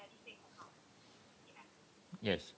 yes